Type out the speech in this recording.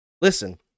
Listen